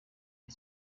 ari